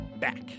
Back